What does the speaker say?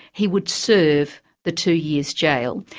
he would serve the two years jail.